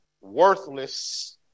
Worthless